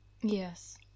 Yes